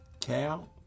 Cow